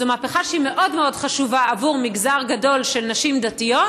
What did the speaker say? זו מהפכה שהיא מאוד מאוד חשובה עבור מגזר גדול של נשים דתיות,